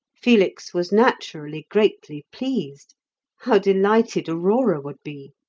felix was naturally greatly pleased how delighted aurora would be!